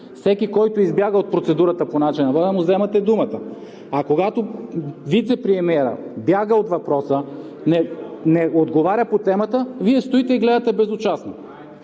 Всеки, който избяга от процедурата по начина на водене, му вземате думата. А когато вицепремиерът бяга от въпроса, не отговаря по темата, Вие стоите и гледате безучастно.